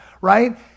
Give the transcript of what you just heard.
Right